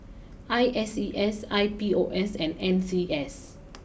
I S E S I P O S and N C S